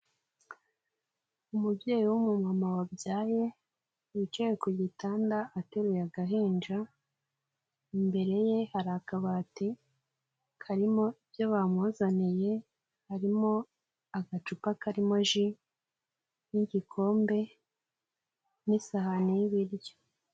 Umubyeyi w'umumama wabyaye, wicaye ku gitanda ateruye agahinja, imbere ye hari akabati karimo ibyo bamuzaniye, harimo agacupa karimo ji n'igikombe n'isahani y'ibiryo.